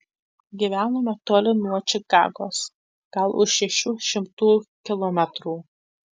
gyvenome toli nuo čikagos gal už šešių šimtų kilometrų